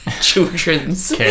children's